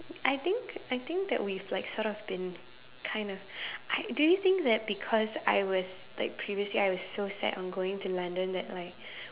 I think I think that we've like sort of been kind of I do you think that because I was like previously I was so sad on going to London that like